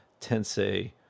tensei